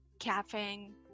caffeine